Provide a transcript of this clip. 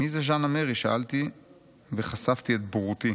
'מי זה ז'אן אמרי?' שאלתי וחשפתי את בורותי.